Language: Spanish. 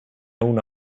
una